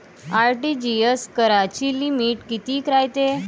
RTGS कराची limit कितीक रायते?